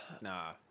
Nah